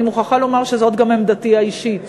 אני מוכרחה לומר שזאת גם עמדתי האישית.